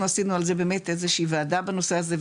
אנחנו עשינו על זה באמת איזה שהיא וועדה בנושא הזה,